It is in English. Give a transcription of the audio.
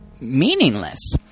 meaningless